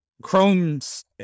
chrome's